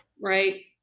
right